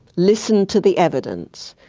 listened to the evidence,